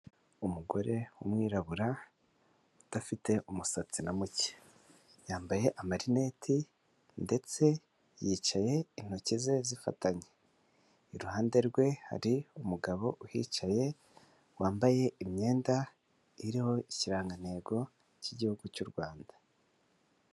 Umugore w'umwirabura, udafite umusatsi na muke. Yambaye amarineti ndetse yicaye intoki ze zifatanye. Iruhande rwe hari umugabo uhicaye, wambaye imyenda iriho ikirangantego cy'igihugu cy'u Rwanda.